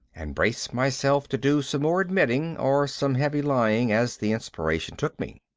and braced myself to do some more admitting, or some heavy lying, as the inspiration took me.